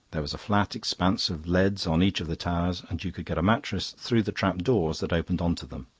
there was a flat expanse of leads on each of the towers, and you could get a mattress through the trap doors that opened on to them.